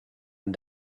and